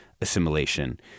Assimilation